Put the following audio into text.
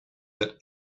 that